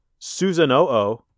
Susanoo